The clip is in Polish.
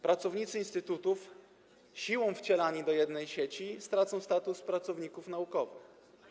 Pracownicy instytutów, siłą wcielani do jednej sieci, stracą status pracowników naukowych.